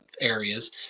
areas